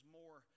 more